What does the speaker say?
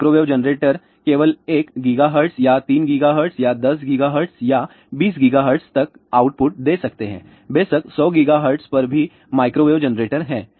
microwave generator केवल एक GHz या 3 GHz या 10 GHz या 20 GHz तक का आउटपुट दे सकते हैं बेशक 100 GHz पर भी माइक्रोवेव जनरेटर हैं